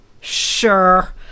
Sure